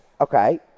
Okay